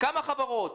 כמה חברות,